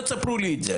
אל תספרו לי את זה.